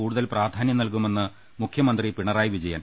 കൂടുതൽ പ്രാധാന്യം നൽകുമെന്ന് മുഖ്യമന്ത്രി പിണറായി വിജയൻ